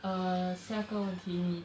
uh 下个问题妳